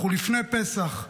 אנחנו לפני פסח.